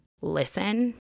listen